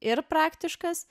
ir praktiškas